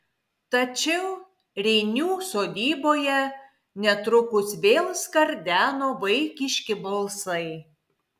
tačiau reinių sodyboje netrukus vėl skardeno vaikiški balsai